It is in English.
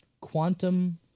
quantum